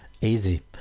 Easy